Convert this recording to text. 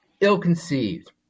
ill-conceived